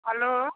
hello